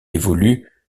évolue